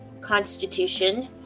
Constitution